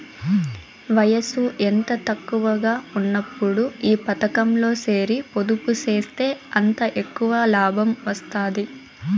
వయసు ఎంత తక్కువగా ఉన్నప్పుడు ఈ పతకంలో సేరి పొదుపు సేస్తే అంత ఎక్కవ లాబం వస్తాది